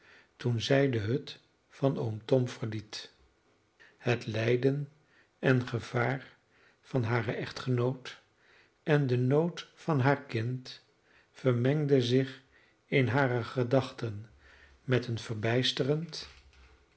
toen zij de hut van oom tom verliet het lijden en gevaar van haren echtgenoot en de nood van haar kind vermengden zich in hare gedachten met een verbijsterend